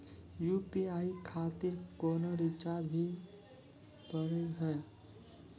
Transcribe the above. UPI खातिर कोनो charge भी भरी पड़ी हो?